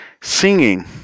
singing